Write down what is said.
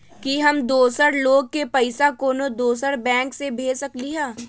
कि हम दोसर लोग के पइसा कोनो दोसर बैंक से भेज सकली ह?